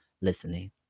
listening